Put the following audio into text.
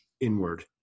inward